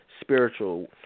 spiritual